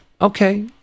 okay